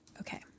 Okay